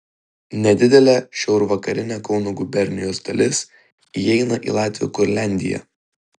nedidelė šiaurvakarinė kauno gubernijos dalis įeina į latvių kurliandiją